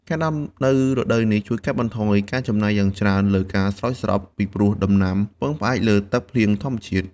ការដាំនៅរដូវនេះជួយកាត់បន្ថយការចំណាយយ៉ាងច្រើនលើការស្រោចស្រព ពីព្រោះដំណាំពឹងផ្អែកលើ ទឹកភ្លៀងធម្មជាតិ។